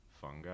Fungi*